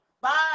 bye